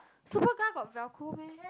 Superga got velcro meh